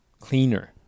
cleaner